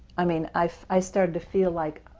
i mean i started to feel like